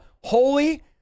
holy